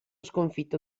sconfitto